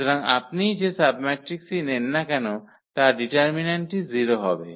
সুতরাং আপনি যে সাবম্যাট্রিক্সই নেন না কেন তার ডিটারমিন্যান্টটি 0 হবে